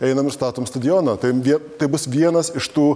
einam statom stadioną taigi tai bus vienas iš tų